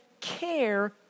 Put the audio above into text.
care